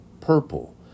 purple